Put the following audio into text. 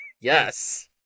Yes